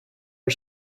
our